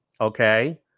okay